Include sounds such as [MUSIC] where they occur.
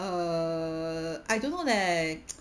err I don't know leh [NOISE]